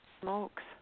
smokes